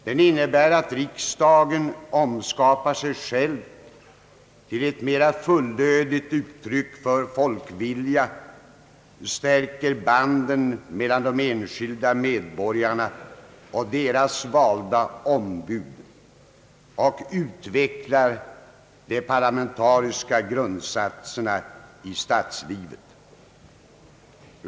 Den innebär att riksdagen omskapar sig själv till ett mera fullödigt uttryck för folkviljan, stärker banden mellan de enskilda medborgarna och deras valda ombud och utvecklar de parlamentariska grundsatserna i statslivet.